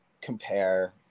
compare